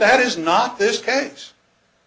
that is not this case